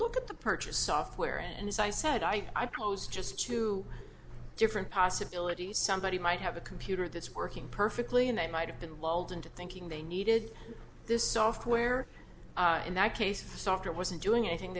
look at the purchase software and as i said i pose just two different possibilities somebody might have a computer that's working perfectly and that might have been lulled into thinking they needed this software in that case the softer wasn't doing anything